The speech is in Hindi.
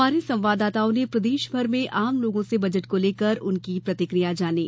हमारे संवाददाताओं ने प्रदेशभर में आम लोगों से बजट को लेकर उनकी प्रतिकिया जानी